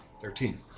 Thirteen